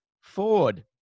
Ford